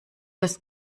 das